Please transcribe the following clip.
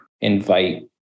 invite